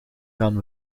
gaan